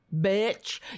bitch